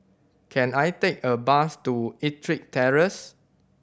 can I take a bus to Ettrick Terrace